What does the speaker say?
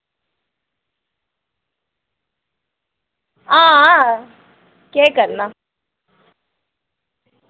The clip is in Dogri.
आं केह् करना